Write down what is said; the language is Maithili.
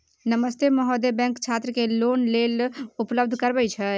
नमस्ते महोदय, बैंक छात्र के लेल लोन उपलब्ध करबे छै?